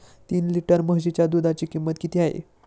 तीन लिटर म्हशीच्या दुधाची किंमत किती आहे?